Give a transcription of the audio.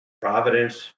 Providence